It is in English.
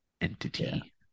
entity